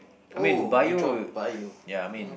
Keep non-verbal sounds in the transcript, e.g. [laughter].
oh you dropped Bio [noise]